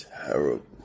Terrible